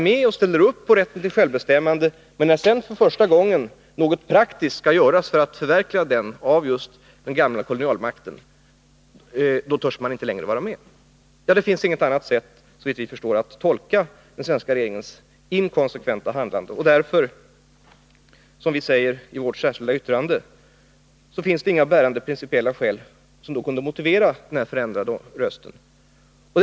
Man ställer upp för rätten till självbestämmande, men när sedan för första gången något praktiskt skall göras av den gamla kolonialmakten för att förverkliga den, då törs man inte längre vara med. Det finns inget annat sätt, såvitt vi förstår, att tolka regeringens inkonsekventa handlande, och därför finns det, som vi säger i vårt särskilda yttrande, inga bärande pricipiella skäl som kan motivera den ändrade röstningen.